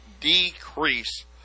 decrease